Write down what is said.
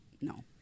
No